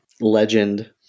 Legend